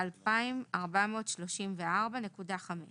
(ב)2,434.5